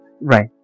Right